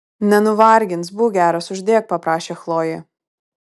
nenuvargins būk geras uždėk paprašė chlojė